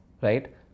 right